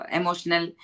emotional